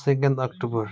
second October